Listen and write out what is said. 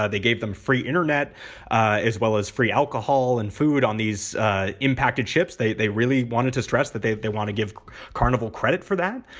ah they gave them free internet as well as free alcohol and food on these impacted ships. they they really wanted to stress that they have they want to give carnival credit for that.